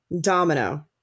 domino